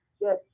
Yes